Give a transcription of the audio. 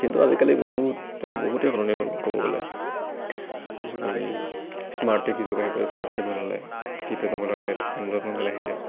কিন্তু আজিকালি বহুতে বহুতেই সলনি হ'ল ক'ব গ'লে আজিকালি স্মাৰ্ট টি ভি যুগ আহি গৈছে স্মাৰ্টি টি ভি ওলালে কিপেইড মোবাইল ঠাইত এণ্ড্ৰইড মোবাইল আহিলে